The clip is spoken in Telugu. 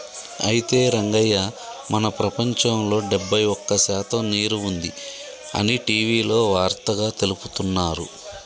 అయితే రంగయ్య మన ప్రపంచంలో డెబ్బై ఒక్క శాతం నీరు ఉంది అని టీవీలో వార్తగా తెలుపుతున్నారు